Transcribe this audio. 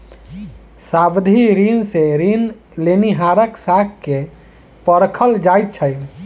सावधि ऋण सॅ ऋण लेनिहारक साख के परखल जाइत छै